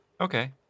Okay